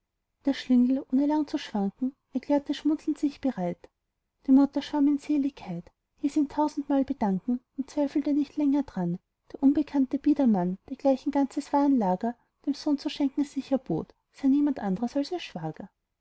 der schlingel ohne lang zu schwanken erklärte schmunzelnd sich bereit die mutter schwamm in seligkeit hieß ihn sich tausendmal bedanken und zweifelte nicht länger dran der unbekannte biedermann der gleich ein ganzes warenlager dem sohn zu schenken sich erbot sei niemand anders als ihr schwager